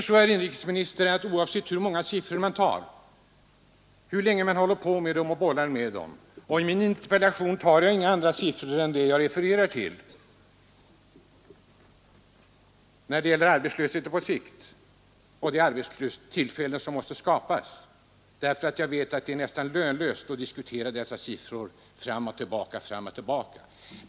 Herr inrikesministern bollar med en massa siffror. I min interpellation har jag bara refererat några när det gäller arbetslösheten på sikt och de arbetstillfällen som måste skapas, därför att jag vet att det är nästan lönlöst att diskutera siffror fram och tillbaka, om och om igen.